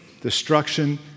destruction